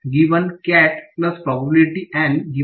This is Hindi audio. cat probability N